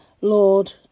Lord